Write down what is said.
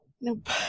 Nope